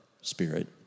spirit